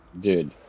Dude